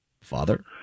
father